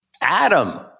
Adam